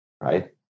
right